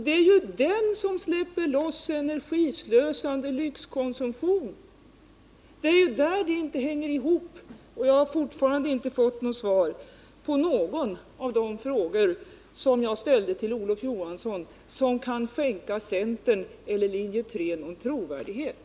Det är den som släpper loss energislösande lyxkonsumtion. Jag har fortfarande inte på någon av de frågor som jag ställde till Olof Johansson fått ett svar som kan skänka centern eller linje 3 någon trovärdighet.